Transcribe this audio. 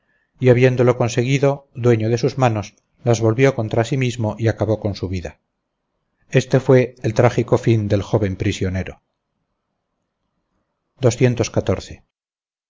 y habiéndolo conseguido dueño de sus manos las volvió contra sí mismo y acabó con su vida este fue el trágico fin del joven prisionero